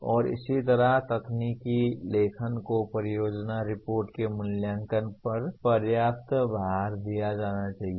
और इसी तरह तकनीकी लेखन को परियोजना रिपोर्टों के मूल्यांकन में पर्याप्त भार दिया जाना चाहिए